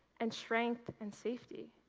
and strength and safety.